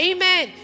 Amen